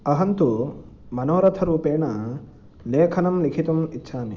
अहं तु मनोरथरूपेण लेखनं लेखितुम् इच्छामि